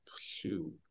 Shoot